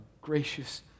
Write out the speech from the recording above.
gracious